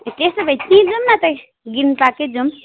ए त्यस्तै भएँ त्यहीँ नै त जाऔँ न त ग्रिन पार्कै जाऔँ